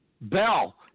Bell